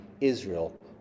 israel